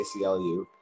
ACLU